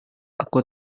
aku